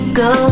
go